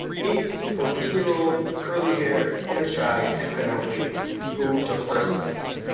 meet fourteen-year-old curly-haired and shy elkana friedman, who took first place.